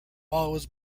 always